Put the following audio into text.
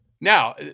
Now